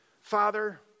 Father